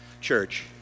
church